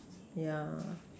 yeah